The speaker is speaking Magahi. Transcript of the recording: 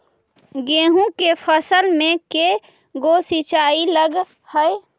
गेहूं के फसल मे के गो सिंचाई लग हय?